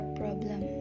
problem